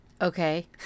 Okay